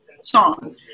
song